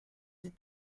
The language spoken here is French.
des